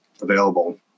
available